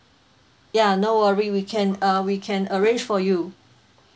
ya no worry we can uh we can arrange for you